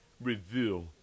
reveal